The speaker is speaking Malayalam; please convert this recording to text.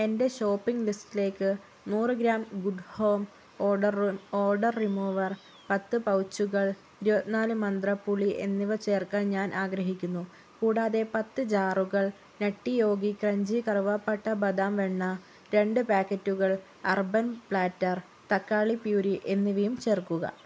എന്റെ ഷോപ്പിംഗ് ലിസ്റ്റ്ലേക്ക് നൂറ് gram good home odour odour remover പത്ത് പൗച്ചുകൾ ഇരുപത്തി നാല് മന്ത്ര പുളി എന്നിവ ചേർക്കാൻ ഞാൻ ആഗ്രഹിക്കുന്നു കൂടാതെ പത്ത് ജാറുകൾ നട്ടി യോഗി ക്രഞ്ചി കറുവാപ്പട്ട ബദാം വെണ്ണ രണ്ട് പാക്കറ്റുകൾ അർബൻ പ്ലാറ്റർ തക്കാളി പ്യൂരീ എന്നിവയും ചേർക്കുക